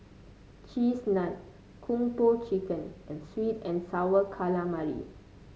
Cheese Naan Kung Po Chicken and sweet and sour calamari